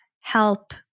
help